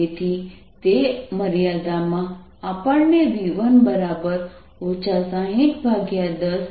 તેથી તે મર્યાદામાં આપણને V1 6010 6V મળશે